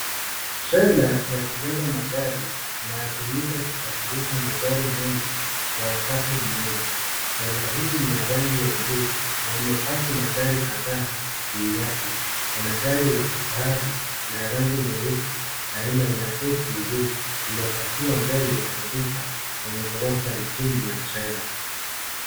Trela ya kubeba magari inayatumika kusafirisha magari mengi kwa wakati mmoja. Trela hii ni ya rangi ya bluu na imepaki magari kadhaa juu yake. Kuna gari la kifahari la rangi nyeusi aina ya SUV lililopakiwa mbele kabisa kwenye ghorofa ya chini ya trela.